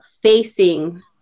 facing